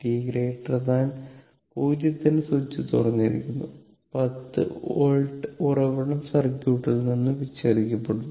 t 0 ന് switch തുറന്നിരിക്കുന്നു 10 volt ഉറവിടം സർക്യൂട്ടിൽ നിന്ന് വിച്ഛേദിക്കപ്പെടും